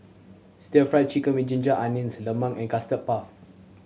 Stir Fried Chicken With Ginger Onions lemang and Custard Puff